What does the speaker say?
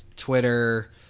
Twitter